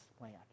land